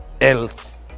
else